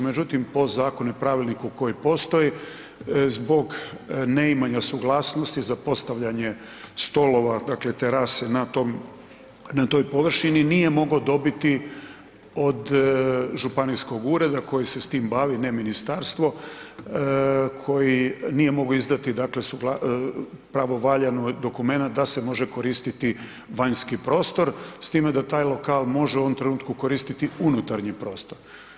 Međutim, po zakonu i pravilniku koji postoji zbog neimanja suglasnosti za postavljanje stolova, dakle terase na toj površini nije mogao dobiti od županijskog ureda koji se s tim bavi, ne ministarstvo, koji nije mogao izdati pravovaljani dokumenat da se može koristiti vanjski prostor, s time da taj lokal može u ovome trenutku koristiti unutarnji prostor.